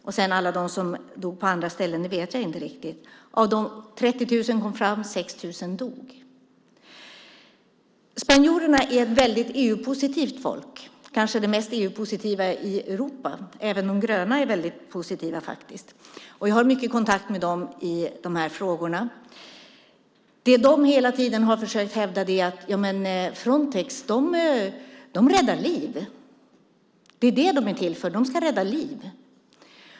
Hur många de är som dött på andra ställen vet jag inte riktigt. 30 000 personer kom fram och 6 000 dog. Spanjorerna är ett väldigt EU-positivt folk, kanske det mest EU-positiva folket i Europa. Även de gröna där är väldigt positiva. Jag har mycket kontakt med dem i de här frågorna. Vad de hela tiden försökt hävda är följande: Ja, men Frontex räddar liv. Det är det som de är till för. De ska rädda liv.